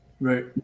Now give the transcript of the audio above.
right